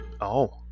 Oh